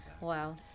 Wow